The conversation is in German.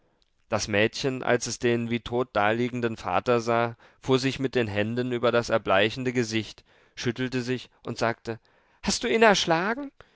das mädchen als es den wie tot daliegenden vater sah fuhr sich mit den händen über das erbleichende gesicht schüttelte sich und sagte hast du ihn erschlagen